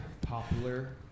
popular